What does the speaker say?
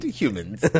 humans